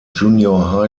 junior